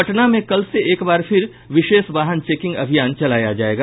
पटना में कल से एक बार फिर विशेष वाहन चेकिंग अभियान चलाया जायेगा